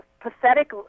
pathetic